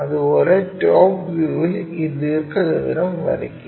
അതുപോലെ ടോപ് വ്യൂവിൽ ഈ ദീർഘചതുരം വരയ്ക്കുക